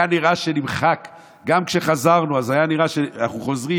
גם כשחזרנו היה נראה שאנחנו חוזרים,